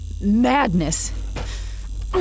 madness